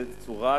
בצורת,